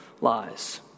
lies